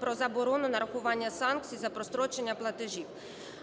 про заборону нарахування санкцій за прострочення платежів.